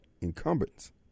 incumbents